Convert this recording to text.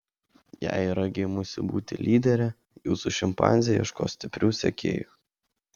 jei yra gimusi būti lydere jūsų šimpanzė ieškos stiprių sekėjų